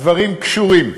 הדברים קשורים.